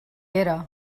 era